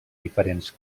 diferents